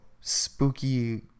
spooky